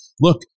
Look